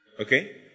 okay